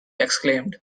exclaimed